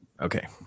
okay